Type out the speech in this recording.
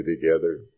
together